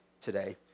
today